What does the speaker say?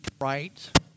right